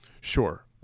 sure